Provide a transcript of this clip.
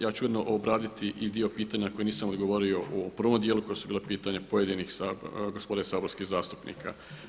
Ja ću ujedno obraditi i dio pitanja na koje nisam odgovorio u prvom dijelu, koja su bila pitanja pojedinih, gospode saborskih zastupnika.